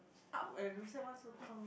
up and why so